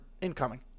incoming